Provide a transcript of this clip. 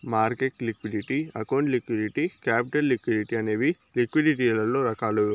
market liquidity account liquidity capital liquidity అనేవి లిక్విడిటీలలో రకాలు